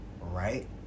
right